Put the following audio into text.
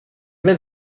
mes